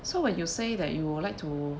so when you say that you would like to